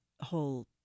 whole